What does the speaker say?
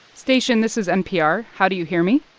station, this is npr. how do you hear me?